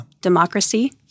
democracy